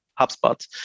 HubSpot